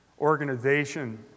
organization